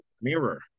Mirror